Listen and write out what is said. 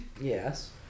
Yes